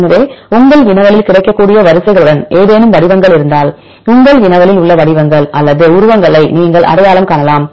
எனவே உங்கள் வினவலில் கிடைக்கக்கூடிய வரிசைகளுடன் ஏதேனும் வடிவங்கள் இருந்தால் உங்கள் வினவலில் உள்ள வடிவங்கள் அல்லது உருவங்களை நீங்கள் அடையாளம் காணலாம்